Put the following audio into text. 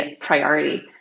priority